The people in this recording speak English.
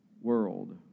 world